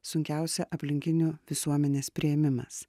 sunkiausia aplinkinių visuomenės priėmimas